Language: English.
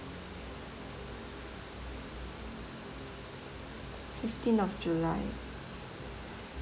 fifteen of july